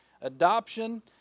adoption